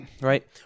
right